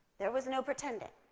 there was no pretending.